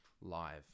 Live